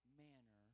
manner